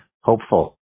hopeful